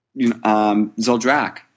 Zoldrak